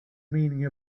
meaning